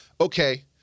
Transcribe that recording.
okay